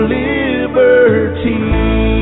liberty